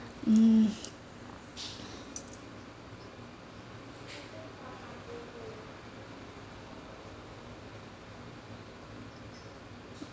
mm